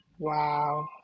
Wow